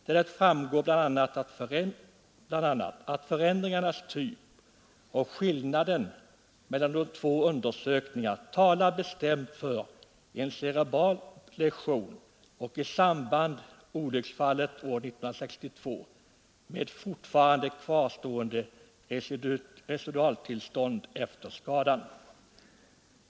Där framgår bl.a. att ”förändringarnas typ och skillnaden mellan de två undersökningarna talar bestämt för en cerebral läsion och samband med olycksfallet år 1962, med fortfarande kvarstående residualtillstånd efter skadan”.